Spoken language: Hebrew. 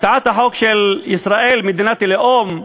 הצעת החוק של ישראל מדינת לאום,